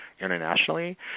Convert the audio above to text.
internationally